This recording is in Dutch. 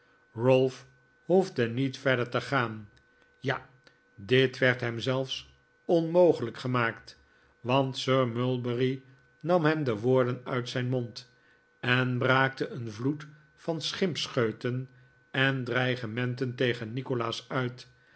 ralph hoefde niet verder te gaan ja dit werd hem zelfs onmogelijk gemaakt want sir mulberry nam hem de wodrden uit zijn mond en braakte een vloed van schimpscheuten en dreigementen tegen nikolaas uit